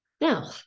now